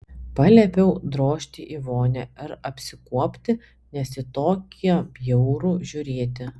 paliepiau drožti į vonią ir apsikuopti nes į tokią bjauru žiūrėti